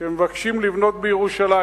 שמבקשים לבנות בירושלים.